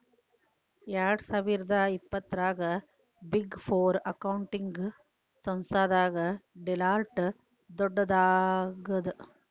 ಎರ್ಡ್ಸಾವಿರ್ದಾ ಇಪ್ಪತ್ತರಾಗ big four accounting ಸಂಸ್ಥಾದಾಗ ಡೆಲಾಯ್ಟ್ ದೊಡ್ಡದಾಗದ